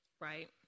right